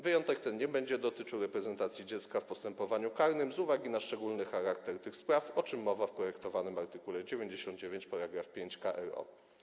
Wyjątek ten nie będzie dotyczył reprezentacji dziecka w postępowaniu karnym z uwagi na szczególny charakter tych spraw, o czym mowa w projektowanym art. 99 § 5 k.r.o.